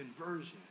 conversion